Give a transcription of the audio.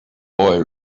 boy